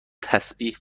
تسبیح